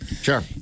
Sure